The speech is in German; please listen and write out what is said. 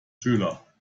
schüler